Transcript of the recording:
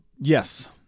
Yes